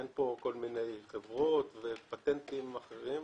אין חברות ופטנטים אחרים.